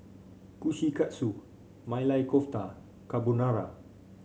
Kushikatsu Maili Kofta Carbonara